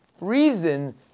reason